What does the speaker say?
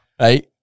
Right